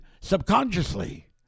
subconsciously